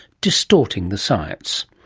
distorting the science.